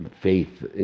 faith